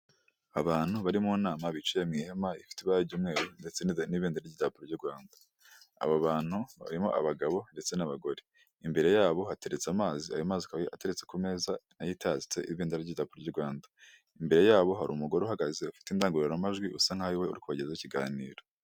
Abantu bari mu nama bicaye mu ihema ifite ibara ry'umweru ndetse n'ibendera ry'idarapo ry'u Rwanda, abo bantu barimo abagabo ndetse n'abagore, imbere yabo hateretse amazi ayo mazi akaba ateretse ku meza nayo itatse ibendera ry'idarapo ry'u Rwanda, imbere yabo hari umugore uhagaze ufite indangururamajwi usa nkaho ariwe uri kubagezaho ikiganiro.